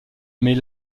mais